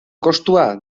kostua